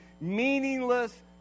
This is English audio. meaningless